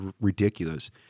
ridiculous